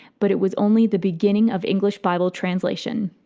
but it was only the beginning of english bible translation.